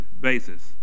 basis